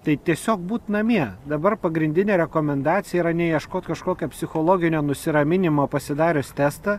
tai tiesiog būt namie dabar pagrindinė rekomendacija yra ne ieškot kažkokio psichologinio nusiraminimo pasidarius testą